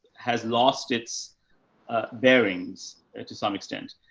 has lost its bearings to some extent.